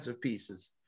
pieces